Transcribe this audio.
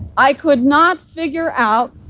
i could not figure out